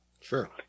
Sure